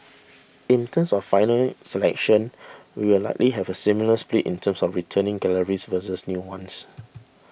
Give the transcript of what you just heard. in terms of final selection we will likely have a similar split in terms of returning galleries versus new ones